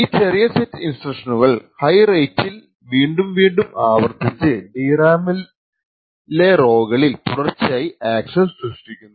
ഈ ചെറിയ സെറ്റ് ഇൻസ്ട്രക്ഷനുകൾ ഹൈ റേറ്റിൽ വീണ്ടും വീണ്ടും ആവർത്തിച്ച് DRAM റോകളിൽ തുടർച്ചയായ അക്സസ്സ് സൃഷ്ടിക്കുന്നു